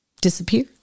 disappear